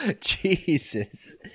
Jesus